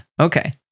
okay